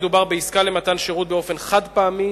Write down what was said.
אם מדובר בעסקה למתן שירות באופן חד-פעמי,